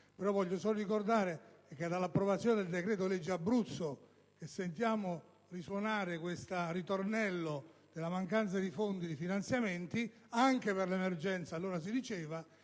però, solo ricordare che dall'approvazione del decreto-legge Abruzzo sentiamo risuonare il ritornello della mancanza di fondi e di finanziamenti anche per l'emergenza ‑ allora si diceva